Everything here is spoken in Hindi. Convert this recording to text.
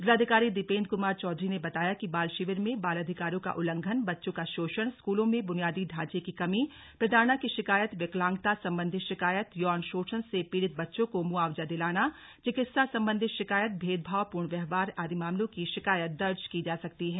जिलाधिकारी दीपेंद्र कुमार चौधरी ने बताया कि बाल शिविर में बाल अधिकारों का उल्लंघन बच्चों का शोषण स्कूलों में ब्रनियादी ढांचे की कमी प्रताड़ना की शिकायत विकलांगता संबंधी शिकायत यौन शोषण से पीड़ित बच्चों को मुआवजा दिलाना चिकित्सा संबंधी शिकायत भेदभावपूर्ण व्यवहार आदि मामलों की शिकायत दर्ज की जा सकती है